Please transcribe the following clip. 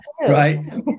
Right